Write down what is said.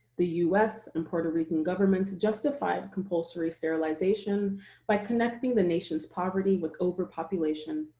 the us and puerto rican governments justified compulsory sterilization by connecting the nation's poverty with overpopulation,